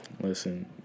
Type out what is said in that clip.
listen